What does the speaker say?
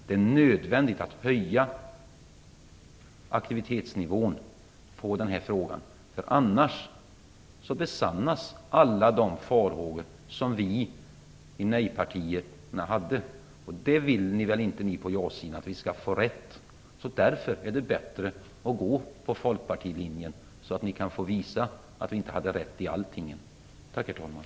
Det är nödvändigt att höja aktivitetsnivån vad gäller den här frågan. Annars besannas alla de farhågor som vi i nej-partierna hade. Ni från ja-sidan vill väl inte att vi skall få rätt? Därför är det bättre att gå på Folkpartiets linje. Då kan ni få visa att vi inte hade rätt i allting. Tack, herr talman!